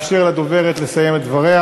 אפשר גם וגם, אל תמציא את הגלגל.